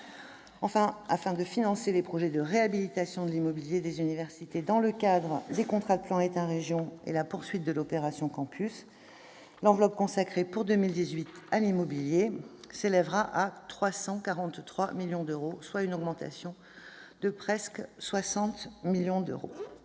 Enfin, afin de financer les projets de réhabilitation de l'immobilier des universités dans le cadre des contrats de plan État région, ainsi que la poursuite de l'opération Campus, l'enveloppe consacrée pour 2018 à l'immobilier s'élèvera à 343 millions d'euros, soit une augmentation de presque 60 millions d'euros.